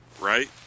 right